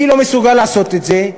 מי לא מסוגל לעשות את זה?